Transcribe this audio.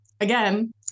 again